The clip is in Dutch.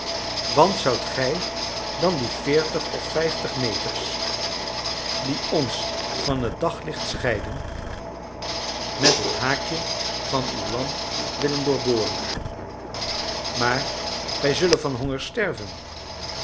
want zoudt gij dan die veertig of vijftig meters die ons van het daglicht scheiden met het haakje van uw lamp willen doorboren maar wij zullen van honger sterven